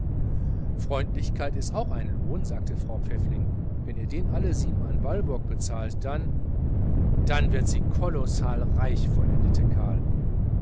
freundlichkeit ist auch ein lohn sagte frau pfäffling wenn ihr den alle sieben an walburg bezahlt dann dann wird sie kolossal reich vollendete karl